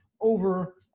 over